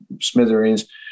smithereens